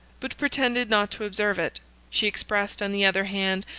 but pretended not to observe it she expressed, on the other hand,